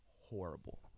Horrible